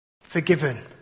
forgiven